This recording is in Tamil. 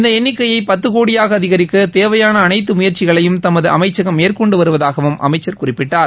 இந்த எண்ணிக்கையை பத்து கோடியாக அதிகரிக்க தேவையான அளைத்து முயற்சிகளையும் தமது அமைச்சகம் மேற்கொண்டு வருவதாகவும் அமைச்சர் குறிப்பிட்டார்